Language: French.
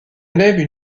élève